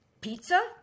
pizza